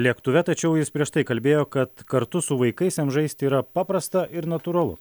lėktuve tačiau jis prieš tai kalbėjo kad kartu su vaikais jam žaisti yra paprasta ir natūralu